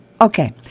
Okay